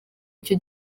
icyo